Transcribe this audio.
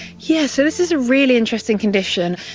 yeah so this is a really interesting condition.